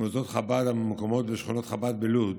כאשר ביקרתי במוסדות חב"ד הממוקמים בשכונת חב"ד בלוד,